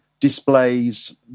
displays